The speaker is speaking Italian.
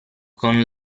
con